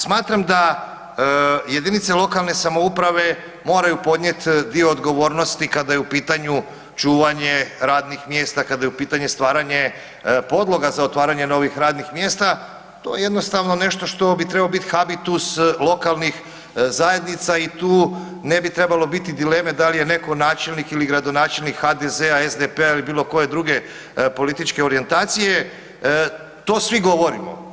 Smatram da jedinice lokalne samouprave moraju podnijeti dio odgovornosti kada je u pitanju čuvanje radnih mjesta, kada je u pitanje stvaranje podloga za otvaranje novih radnih mjesta, to jednostavno nešto bi trebao biti habitus lokalnih zajednica i tu ne bi trebalo biti dileme da li je netko načelnik ili gradonačelnik HDZ-a, SDP-a ili bilo koje druge političke orijentacije, to svi govorimo.